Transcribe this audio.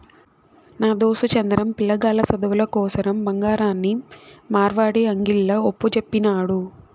నా దోస్తు చంద్రం, పిలగాల్ల సదువుల కోసరం బంగారాన్ని మార్వడీ అంగిల్ల ఒప్పజెప్పినాడు